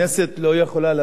אדוני השר,